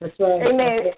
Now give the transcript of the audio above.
Amen